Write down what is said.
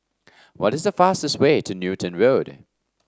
what is the fastest way to Newton Road